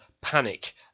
panic